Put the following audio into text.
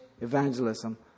Evangelism